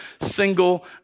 single